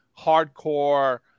hardcore